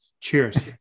cheers